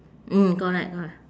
mm correct corre~